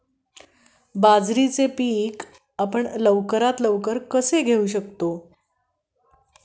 बाजरीचे पीक आपण लवकरात लवकर कसे घेऊ शकतो?